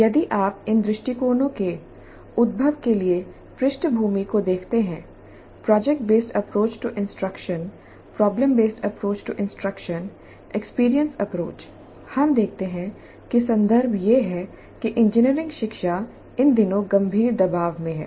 यदि आप इन दृष्टिकोणों के उद्भव के लिए पृष्ठभूमि को देखते हैं project based approach to instruction problem based approach to instruction experience approach हम देखते हैं कि संदर्भ यह है कि इंजीनियरिंग शिक्षा इन दिनों गंभीर दबाव में है